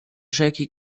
rzeki